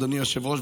אדוני היושב-ראש,